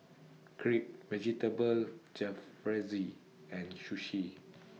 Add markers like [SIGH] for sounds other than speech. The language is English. Crepe Vegetable Jalfrezi and Sushi [NOISE]